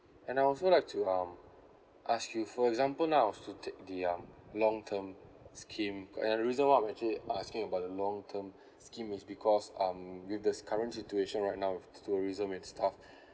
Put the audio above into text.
and I'd also like to um ask you for example now I was to take the um long term scheme becau~ and the reason why I would actually asking about the long term scheme is because um with this current situation right now with tourism and stuff